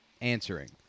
answering